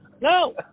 No